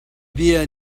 bia